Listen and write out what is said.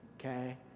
okay